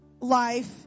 Life